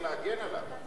אתה צריך להגן עליו.